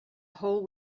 whole